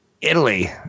Italy